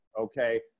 okay